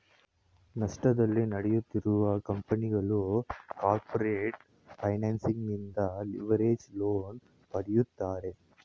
ನಷ್ಟದಲ್ಲಿ ನಡೆಯುತ್ತಿರುವ ಕಂಪನಿಗಳು ಕಾರ್ಪೊರೇಟ್ ಫೈನಾನ್ಸ್ ನಿಂದ ಲಿವರೇಜ್ಡ್ ಲೋನ್ ಪಡೆಯುತ್ತಾರೆ